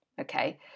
okay